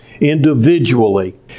individually